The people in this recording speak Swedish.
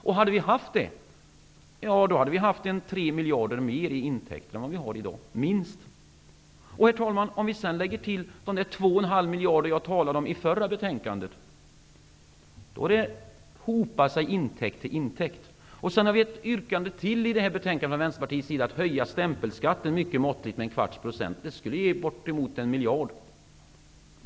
Om vi hade haft det, hade vi haft minst tre miljarder mer i intäkter än vad vi har i dag. Herr talman! Om vi sedan lägger till de 2,5 miljarder som jag talade om när det gällde det förra betänkandet hopar sig intäkt till intäkt. Sedan har Vänsterpartiet ett yrkande till i det här betänkandet. Det gäller att höja stämpelskatten mycket måttligt med en kvarts procent. Det skulle ge bortemot en miljard.